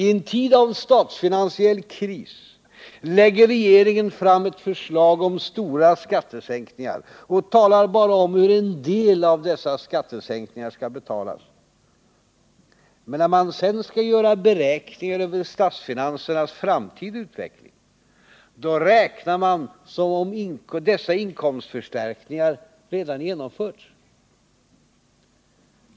I en tid av statsfinansiell kris lägger regeringen fram ett förslag om stora skattesänkningar och talar bara om hur en del av dessa skattesänkningar skall betalas. Men när man sedan skall göra beräkningar över statsfinansernas framtida utveckling, då räknar man som om dessa inkomstförstärkningar redan genomförts.